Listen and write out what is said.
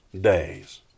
days